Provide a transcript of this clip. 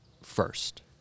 first